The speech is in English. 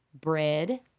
bread